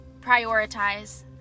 prioritize